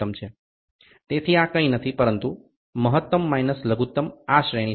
તેથી આ કંઈ નથી પરંતુ મહત્તમ માઇનસ લઘુત્તમ આ શ્રેણી છે